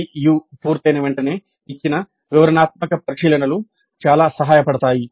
IU పూర్తయిన వెంటనే ఇచ్చిన వివరణాత్మక పరిశీలనలు చాలా సహాయపడతాయి